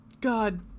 god